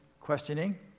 questioning